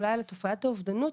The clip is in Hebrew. אולי על תופעת האובדנות,